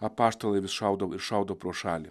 apaštalai vis šaudo ir šaudo pro šalį